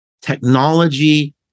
technology